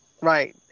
Right